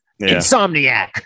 Insomniac